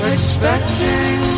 expecting